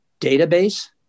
database